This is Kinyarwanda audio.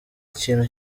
ikintu